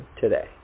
today